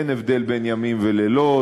אין הבדל בין ימים ולילות,